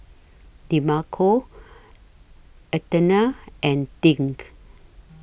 Demarco Athena and Dink